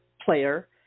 player